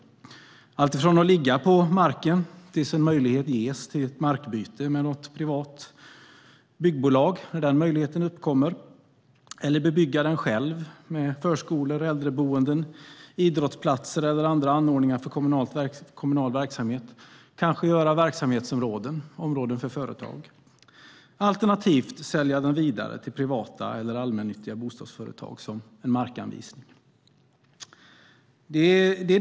Det kan handla om att hålla på marken tills en möjlighet ges för ett markbyte med ett privat byggbolag, att bebygga den själv med förskolor, äldreboenden, idrottsplatser eller andra anordningar för kommunal verksamhet, att göra verksamhetsområden, till exempel områden för företag, eller att sälja den vidare till privata eller allmännyttiga bostadsföretag som en markanvisning.